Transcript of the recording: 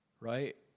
right